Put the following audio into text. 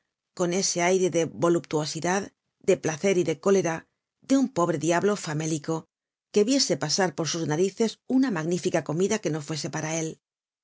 con ese aire de voluptuosidad de placer y de cólera de un pobre diablo famélico que viese pasar por sus narices una magnífica comida que no fuese para él